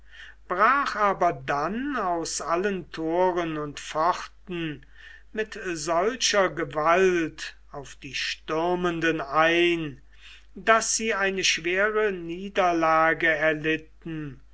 brach aber dann aus allen toren und pforten mit solcher gewalt auf die stürmenden ein daß sie eine schwere niederlage erlitten